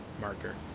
marker